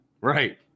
right